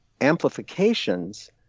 amplifications